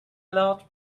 large